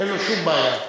אין לו שום בעיה.